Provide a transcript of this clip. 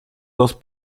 dos